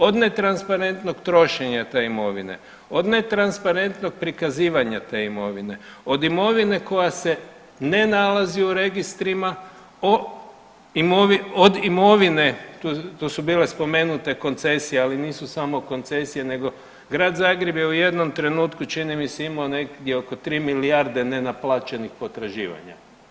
Od netransparentnog trošenja te imovine, od netransparentnog prikazivanja te imovine, od imovine koja se ne nalazi u registrima, od imovine, tu su bile spomenute koncesije, ali nisu samo koncesije nego Grad Zagreb je u jednom trenutku čini mi se imao negdje 3 milijarde nenaplaćenih potraživanja.